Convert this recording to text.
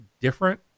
different